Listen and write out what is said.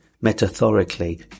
metaphorically